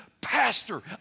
pastor